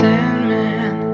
Sandman